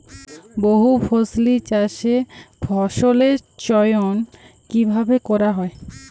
বহুফসলী চাষে ফসলের চয়ন কীভাবে করা হয়?